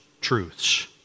truths